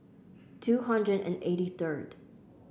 two hundred and eighty third